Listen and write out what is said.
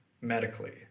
medically